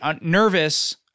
nervous